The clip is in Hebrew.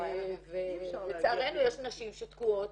ולצערנו יש נשים שתקועות,